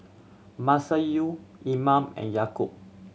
Masayu Iman and Yaakob